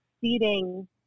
seating